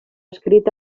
escrit